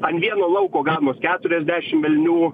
an vieno lauko ganos keturiasdešim elnių